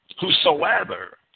whosoever